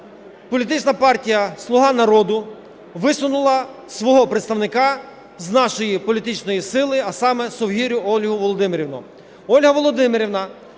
політична партія "Слуга народу" висунула свого представника з нашої політичної сили, а саме Совгирю Ольгу Володимирівну.